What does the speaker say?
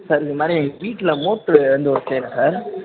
sir இதுமாதிரி வீட்டில் motor வந்து ரிப்பேர் சார்